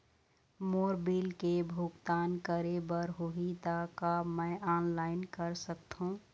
मोर bill के भुगतान करे बर होही ता का मैं ऑनलाइन कर सकथों?